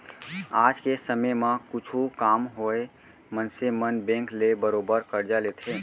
आज के समे म कुछु काम होवय मनसे मन बेंक ले बरोबर करजा लेथें